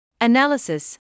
Analysis